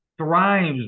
thrives